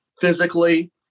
physically